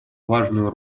важную